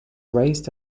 raised